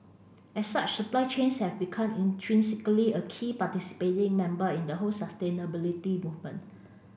as such supply chains have become intrinsically a key participating member in the whole sustainability movement